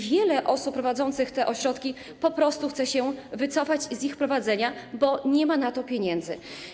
Wiele osób prowadzących te ośrodki po prostu chce się wycofać z ich prowadzenia, bo nie ma na to pieniędzy.